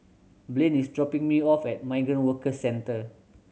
Blaine is dropping me off at Migrant Workers Centre